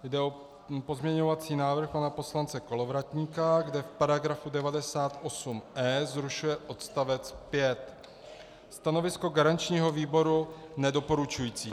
Jde o pozměňovací návrh pana poslance Kolovratníka, kde v § 98e zrušuje odstavec 5. Stanovisko garančního výboru nedoporučující.